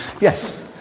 Yes